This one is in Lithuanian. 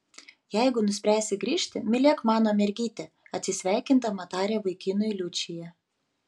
jeigu nuspręsi grįžti mylėk mano mergytę atsisveikindama taria vaikinui liučija